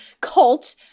cult